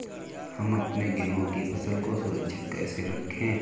हम अपने गेहूँ की फसल को सुरक्षित कैसे रखें?